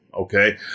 Okay